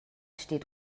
steht